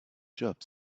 job